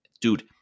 Dude